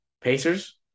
Pacers